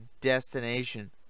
destination